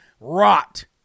rot